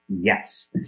Yes